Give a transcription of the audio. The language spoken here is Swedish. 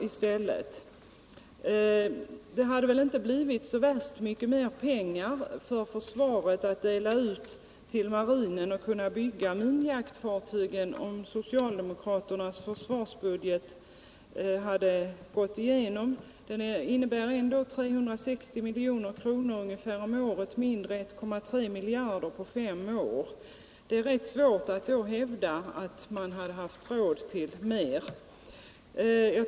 Det hade väl inte blivit så värst mycket mera pengar att dela ut till marinen för att kunna bygga minjaktfartygen, om socialdemokraternas försvarsbudget hade gått igenom. Den innebär ändå ungefär 360 milj.kr. mindre om året. Det är då rätt svårt att hävda att man hade haft råd med mera.